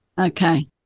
Okay